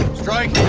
strike.